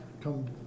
come